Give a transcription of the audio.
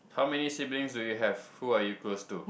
how many siblings do you have who are you close to